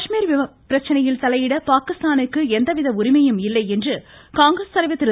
காஷ்மீர் பிரச்சினையில் தலையிட பாகிஸ்தானிற்கு எவ்வித உரிமையும் இல்லை என்றும் காங்கிரஸ் தலைவர் திரு